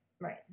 Right